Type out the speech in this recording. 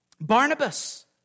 Barnabas